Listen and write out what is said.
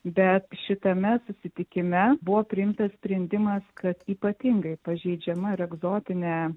bet šitame susitikime buvo priimtas sprendimas kad ypatingai pažeidžiama ir egzotinė